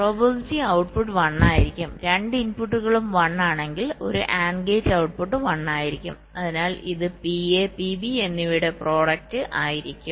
probability output 1 ആയിരിക്കും രണ്ട് ഇൻപുട്ടുകളും 1 ആണെങ്കിൽ ഒരു AND ഗേറ്റ് ഔട്ട്പുട്ട് 1 ആയിരിക്കും അതിനാൽ ഇത് PA PB എന്നിവയുടെ പ്രോഡക്റ്റ് ആയിരിക്കും